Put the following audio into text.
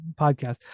podcast